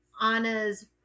Anna's